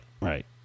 Right